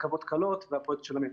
רכבות קלות והפרויקט של המטרו.